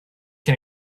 can